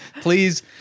please